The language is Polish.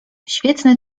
świetny